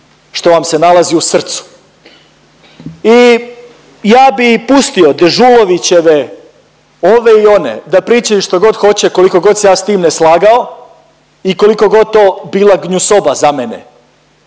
što vam se nalazi u srcu. I ja bi i pustio Dežulovićeve ove i one da pričaju što god hoće koliko god se god ja s tim ne slagao i koliko god to bila gnjusoba za mene,